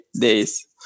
days